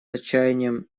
отчаянием